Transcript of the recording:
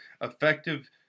effective